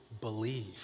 believe